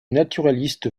naturaliste